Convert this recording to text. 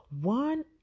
one